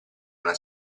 una